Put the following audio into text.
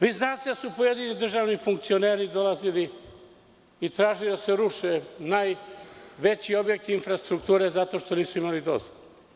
Vi znate da su pojedini državni funkcioneri dolazili i tražili da se ruše najveći objekti infrastrukture zato što nisu imali dozvolu.